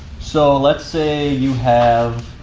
so, let's say you have